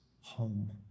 home